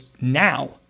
now